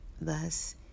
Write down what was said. thus